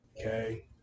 Okay